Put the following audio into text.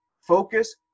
focus